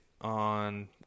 on